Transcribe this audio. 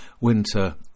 Winter